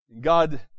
God